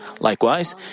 Likewise